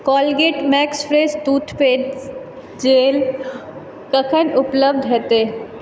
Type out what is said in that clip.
Colgate Max Fresh toothpaste gel कखन उपलब्ध हेतै